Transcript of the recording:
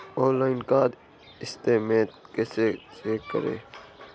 Online card statement कैसे check करें?